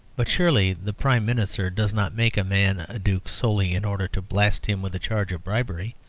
but surely the prime minister does not make a man a duke solely in order to blast him with a charge of bribery.